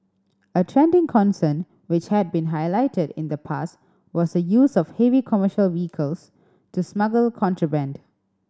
a trending concern which had been highlighted in the past was the use of heavy commercial vehicles to smuggle contraband